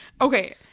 okay